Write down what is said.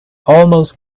almost